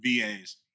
VAs